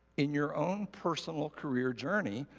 in your own personal career journey,